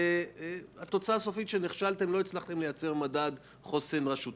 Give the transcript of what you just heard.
אבל לא הצלחתם לייצר מדד חוסן רשותי.